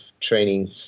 training